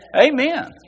Amen